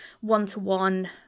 one-to-one